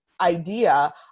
idea